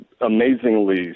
amazingly